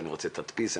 אני רוצה תדפיס,